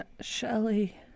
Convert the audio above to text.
Shelly